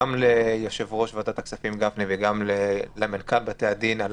גם ליושב ראש ועדת הכספים וגם למנכ"ל בתי-הדין על